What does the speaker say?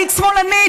היית שמאלנית.